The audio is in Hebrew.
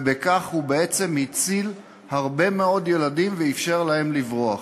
ובכך הוא בעצם הציל הרבה מאוד ילדים ואפשר להם לברוח.